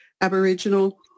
Aboriginal